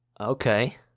Okay